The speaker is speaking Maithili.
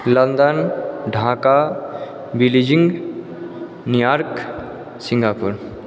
London Dhaka Beijing New York Singapore